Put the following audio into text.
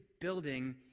building